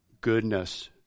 goodness